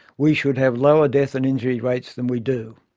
we should have lower death and injury rates than we do.